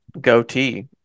goatee